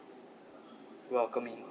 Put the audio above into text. welcoming